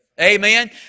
Amen